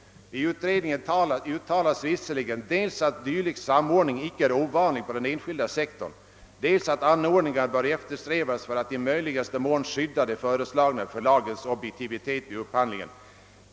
I utredningen uttalas visserligen dels att dylik samordning icke är ovanlig på den enskilda sektorn, dels att anordningar bör eftersträvas för att i möjligaste mån skydda de föreslagna förlagens objektivitet vid upphandlingen.